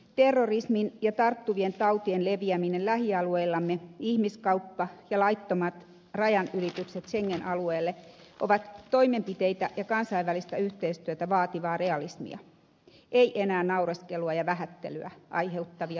terrorismin ja tarttuvien tautien leviäminen lähialueillamme ihmiskauppa ja laittomat rajanylitykset schengen alueelle ovat toimenpiteitä ja kansainvälistä yhteistyötä vaativaa realismia eivät enää naureskelua ja vähättelyä aiheuttavia uhkakuvia